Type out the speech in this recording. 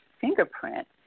fingerprint